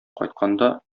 кайтканда